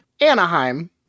Anaheim